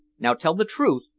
now, tell the truth.